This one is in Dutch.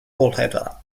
koolhydraten